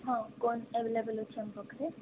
ହଁ କୋନ୍ ଆଭେଲେବୁଲ୍ ଅଛି ଆମ ପାଖରେ